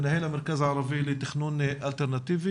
מנהל המרכז הערבי לתכנון אלטרנטיבי.